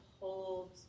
hold